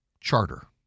Charter